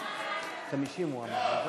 נתקבל.